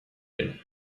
den